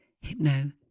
Hypno